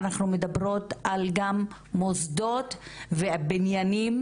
אנחנו מדברות על גם מוסדות ובניינים,